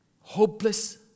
hopeless